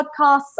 podcasts